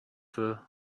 her